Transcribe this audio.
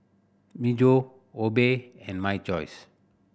Myojo Obey and My Choice